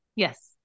Yes